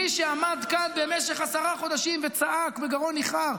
מי שעמד כאן במשך עשרה חודשים וצעק בגרון ניחר,